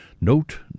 Note